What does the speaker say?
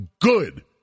good